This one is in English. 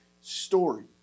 story